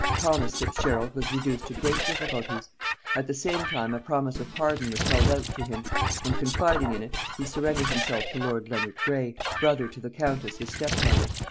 thomas fitzgerald was reduced to great difficulties at the same time a promise of pardon was held out to him and confiding in it he surrendered himself to lord leonard grey, brother to the countess his step-mother.